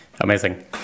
Amazing